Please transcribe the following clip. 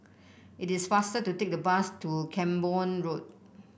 it is faster to take the bus to Camborne Road